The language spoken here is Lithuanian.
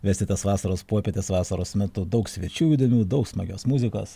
vesti tas vasaros popietes vasaros metu daug svečių įdomių daug smagios muzikos